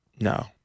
No